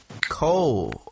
Cole